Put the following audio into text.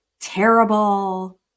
terrible